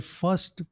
first